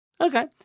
Okay